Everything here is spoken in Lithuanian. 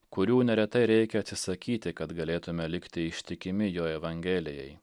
kurių neretai reikia atsisakyti kad galėtume likti ištikimi jo evangelijai